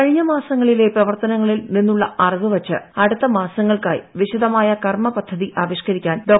കഴിഞ്ഞ മാസങ്ങളിലെ പ്രവർത്തനങ്ങളിൽ നിന്നുള്ള അറിവ് വച്ച് അടുത്ത മാസങ്ങൾക്കായി വിശദമായ കർമ്മ പദ്ധതി ആവിഷ്ക്കരിക്കാൻ ഡോ